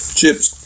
chips